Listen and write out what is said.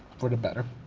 for the better.